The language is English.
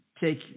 take